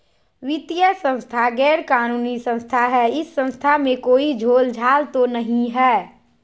वित्तीय संस्था गैर कानूनी संस्था है इस संस्था में कोई झोलझाल तो नहीं है?